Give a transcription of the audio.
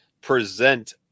present